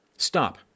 Stop